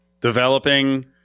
Developing